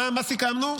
מה סיכמנו?